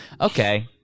Okay